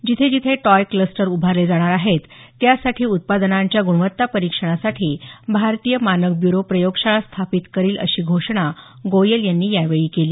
जिथे जिथे toy cluster उभारले जाणार आहेत त्या ठिकाणी उत्पादनांच्या गुणवत्ता परीक्षणासाठी भारतीय मानक ब्युरो प्रयोगशाळा स्थापित करेल अशी घोषणा गोयल यांनी यावेळी केली